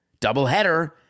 Doubleheader